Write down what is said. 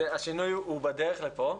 השינוי בדרך לפה,